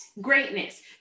greatness